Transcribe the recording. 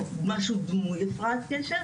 או משהו דמוי הפרעת קשב,